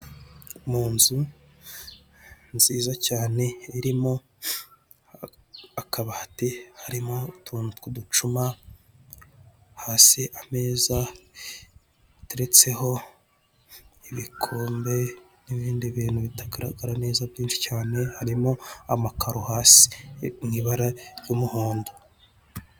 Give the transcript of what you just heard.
Mu nzu nziza cyane irimo akabati harimo utuntu tw'uducuma hasi ameza ateretseho ibikombe n'ibindi bintu bitagaragara neza byinshi cyane harimo amakaro hasi mu ibara ry'umuhondo.